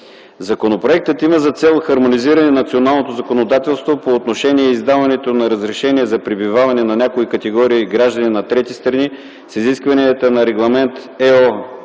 Законопроектът има за цел хармонизиране на националното законодателство по отношение издаването на разрешения за пребиваване на някои категории граждани на трети страни с изискванията на Регламент /ЕО/